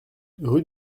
rue